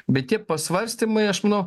bet tie pasvarstymai aš manau